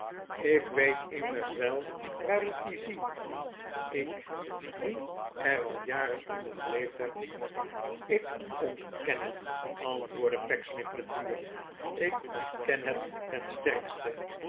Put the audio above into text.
ik weet immers wel waar ik dien zie ik die er al deze jaren onder geleefd heb ik ontken het antwoordde pecksniff met vuur ik ontken het ten sterkste